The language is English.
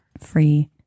free